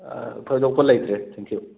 ꯊꯣꯏꯗꯣꯛꯄ ꯂꯩꯇ꯭ꯔꯦ ꯊꯦꯡꯀꯤꯌꯨ